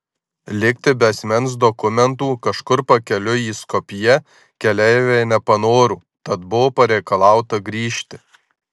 likti be asmens dokumentų kažkur pakeliui į skopję keleiviai nepanoro tad buvo pareikalauta grįžti